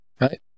Right